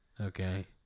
okay